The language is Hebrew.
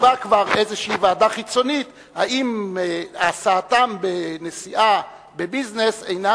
תקבע ועדה חיצונית האם הסעתם בנסיעה בביזנס אינה